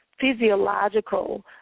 physiological